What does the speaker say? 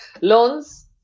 loans